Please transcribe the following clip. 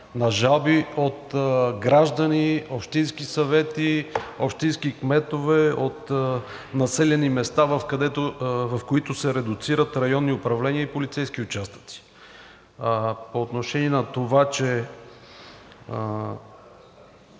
на жалби от граждани, общински съвети, общински кметове от населени места, в които се редуцират районни управления и полицейски участъци. Работата със